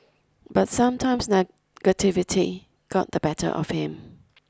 but sometimes negativity got the better of him